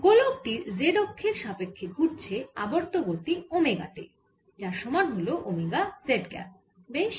গোলক টি z অক্ষের সাপেক্ষ্যে ঘুরছে আবর্ত গতি ওমেগা তে যার সমান হল ওমেগা z ক্যাপ বেশ